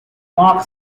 mark